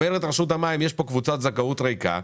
אומרת רשות המים שיש פה קבוצת זכאות ריקה.